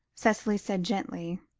cicely said gently,